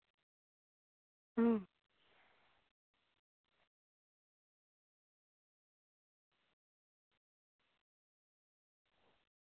ᱦᱩᱸ